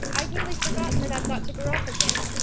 i'd nearly forgotten that i've got to grow up again!